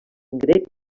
grec